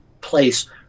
place